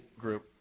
group